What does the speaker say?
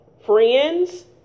Friends